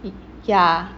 yeah